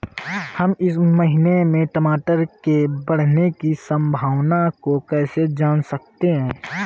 हम इस महीने में टमाटर के बढ़ने की संभावना को कैसे जान सकते हैं?